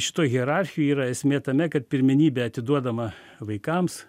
šitoj hierarchijoj yra esmė tame kad pirmenybė atiduodama vaikams